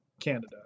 Canada